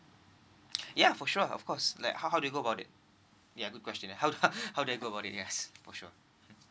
ya for sure of course like how how do you go about it ya good question how how do I go about it yes for sure